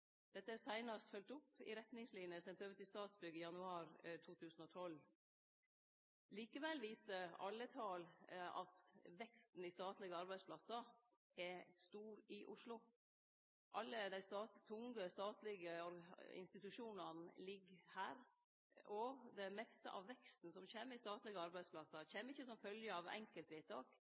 Dette er seinast følgt opp i retningsliner som vart sende over til Statsbygg i januar 2012. Likevel viser alle tal at veksten i statlege arbeidsplassar er stor i Oslo. Alle dei tunge statlege institusjonane ligg her, og det meste av veksten som kjem i statlege arbeidsplassar, kjem ikkje som følgje av